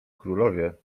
królowie